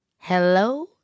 hello